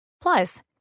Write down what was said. Plus